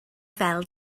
fel